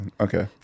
Okay